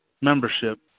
membership